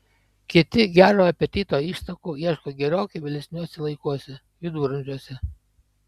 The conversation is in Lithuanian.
kiti gero apetito ištakų ieško gerokai vėlesniuose laikuose viduramžiuose